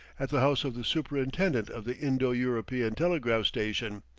at the house of the superintendent of the indo-european telegraph station,